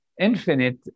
infinite